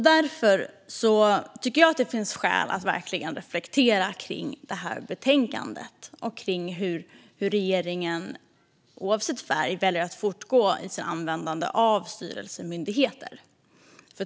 Därför finns det skäl att verkligen reflektera över betänkandet och hur regeringen, oavsett färg, väljer att fortsätta att använda styrelsemyndigheter.